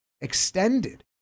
Extended